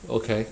okay